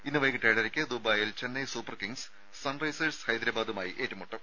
ഇന്ന് വൈകീട്ട് ഏഴരക്ക് ദുബായിൽ ചെന്നൈ സൂപ്പർ കിങ്സ് സൺറൈസേഴ്സ് ഹൈദരാബാദുമായി ഏറ്റുമുട്ടും